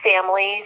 families